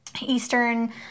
Eastern